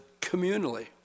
communally